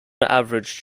average